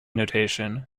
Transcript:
notation